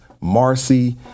Marcy